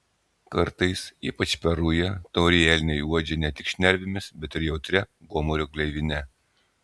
kartais ypač per rują taurieji elniai uodžia ne tik šnervėmis bet ir jautria gomurio gleivine